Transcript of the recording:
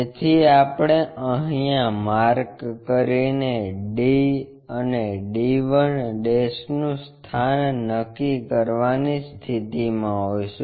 તેથી આપણે અહીંયા માર્ક કરીને d અને d 1 નું સ્થાન નક્કી કરવાની સ્થિતિમાં હોઈશું